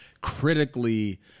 critically